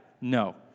No